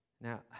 Now